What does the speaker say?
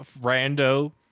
rando